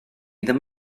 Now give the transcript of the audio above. ddim